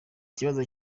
kibazo